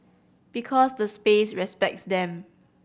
because the space respects them